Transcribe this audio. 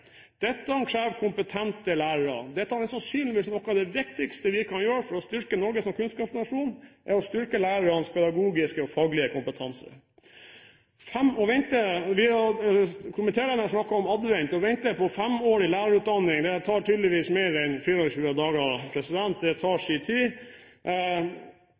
Dette krever kompetente lærere. Det som sannsynligvis er noe av det viktigste vi kan gjøre for å styrke Norge som kunnskapsnasjon, er å styrke lærernes pedagogiske og faglige kompetanse. Komitélederen har snakket om advent. Å vente på en femårig lærerutdanning tar tydeligvis mer enn 24 dager, det tar sin tid.